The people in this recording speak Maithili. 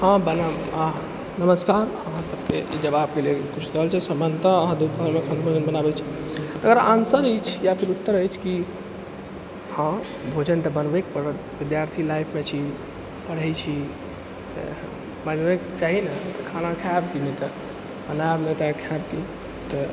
हाँ बनाबै आह नमस्कार अहाँ सभके ई जवाबके लेल समान्यत अहाँ दुपहरमे खाना बनाबै छी तकर आन्सर ई छियै या फिर उत्तर अछि कि हाँ भोजन तऽ बनबै पड़त विद्यार्थी लाइफमे छी पढ़ै छी तऽ बनबैक चाही ने तऽ खाना खायब कि नहि तऽ बनायब नहि तऽ खायब कि तऽ